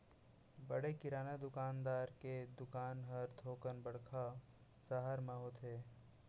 बड़े किराना दुकानदार के दुकान हर थोकन बड़का सहर म होथे